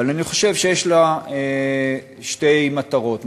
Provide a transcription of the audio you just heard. אבל אני חושב שיש לה שתי מטרות.